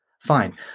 fine